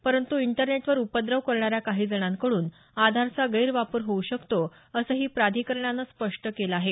परंतु इंटरनेटवर उपद्रव करणाऱ्या काहीजणांकडून आधारचा गैरवापर होऊ शकतो असंही प्राधिकरणानं स्पष्ट केलं आहे